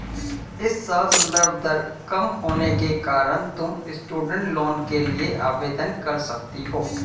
इस साल संदर्भ दर कम होने के कारण तुम स्टूडेंट लोन के लिए आवेदन कर सकती हो